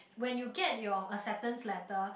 when you get your acceptance letter